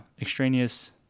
extraneous